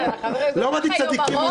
לא אמרתי "צדיקים"